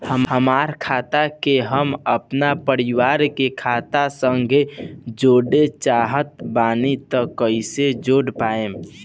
हमार खाता के हम अपना परिवार के खाता संगे जोड़े चाहत बानी त कईसे जोड़ पाएम?